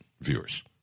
viewers